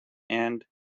and